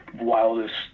Wildest